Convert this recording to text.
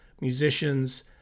musicians